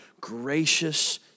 gracious